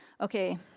okay